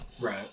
Right